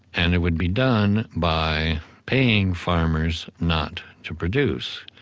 and it would be done by paying farmers not to produce,